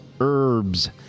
herbs